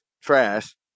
trash